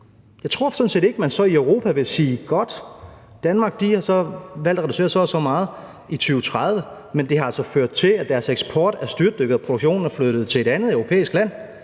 set ikke, at man så i Europa vil sige: Det er godt, Danmark har valgt at reducere så og så meget i 2030, selv om det altså har ført til, at deres eksport er styrtdykket og produktionen er flyttet til et andet europæisk land.